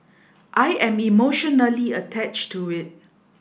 I am emotionally attached to it